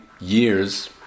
years